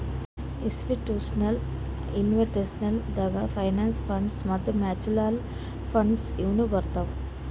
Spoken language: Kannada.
ಇಸ್ಟಿಟ್ಯೂಷನಲ್ ಇನ್ವೆಸ್ಟರ್ಸ್ ದಾಗ್ ಪೆನ್ಷನ್ ಫಂಡ್ಸ್ ಮತ್ತ್ ಮ್ಯೂಚುಅಲ್ ಫಂಡ್ಸ್ ಇವ್ನು ಬರ್ತವ್